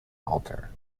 alter